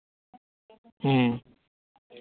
ᱦᱮᱸ